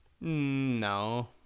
no